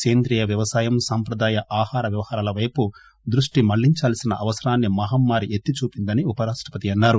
సేంద్రియ వ్యవసాయం సాంప్రదాయ ఆహార వ్యవహారాల పైపు దృష్టి మళ్ళించాల్సిన అవసరాన్ని మహమ్మారి ఎత్తి చూపిందని ఉప రాష్టపతి అన్నారు